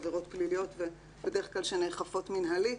עבירות פליליות שבדרך כלל נאכפות מנהלית